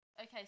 okay